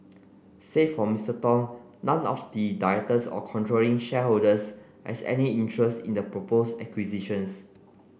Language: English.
save for Mister Tong none of the directors or controlling shareholders has any interest in the propose acquisitions